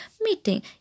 meeting